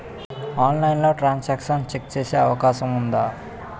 ఆన్లైన్లో transaction check చేసే అవకాశం ఉందా?